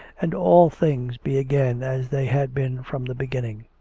and all things be again as they had been from the beginning.